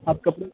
आप कपड़े